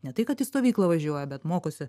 ne tai kad į stovyklą važiuoja bet mokosi